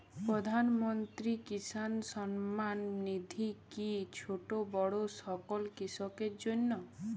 প্রধানমন্ত্রী কিষান সম্মান নিধি কি ছোটো বড়ো সকল কৃষকের জন্য?